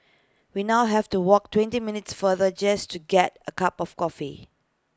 we now have to walk twenty minutes farther just to get A cup of coffee